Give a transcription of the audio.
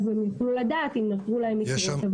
אז הם יוכלו לדעת אם ייתנו להם ישירות.